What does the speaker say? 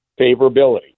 favorability